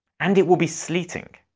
and it will be sleeting.